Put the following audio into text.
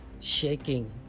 shaking